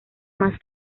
más